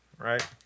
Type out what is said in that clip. Right